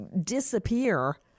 disappear